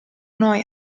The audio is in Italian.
noi